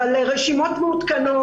אבל אין רשימות מעודכנות.